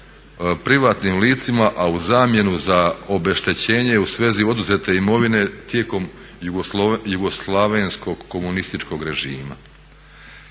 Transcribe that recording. privatnim licima, a u zamjenu za obeštećenje u svezi oduzete imovine tijekom jugoslavenskog komunističkog režima.